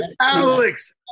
Alex